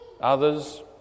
others